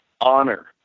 honor